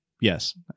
Yes